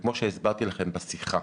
שכמו שהסברתי לכם בשיחה,